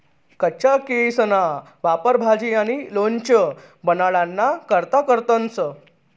कच्चा केयीसना वापर भाजी आणि लोणचं बनाडाना करता करतंस